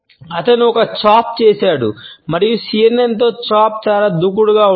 అతను ఒక చాప్ చేస్తాడు మరియు సి ఎన్ ఎన్ తో చాప్ చాలా దూకుడుగా ఉంటుంది